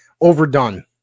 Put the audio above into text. overdone